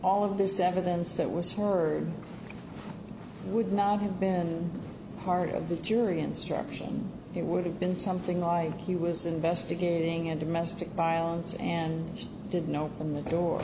all of this evidence that was heard would not have been part of the jury instruction it would have been something like he was investigating a domestic violence and she did know in the door